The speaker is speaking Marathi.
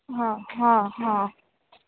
हा हा हा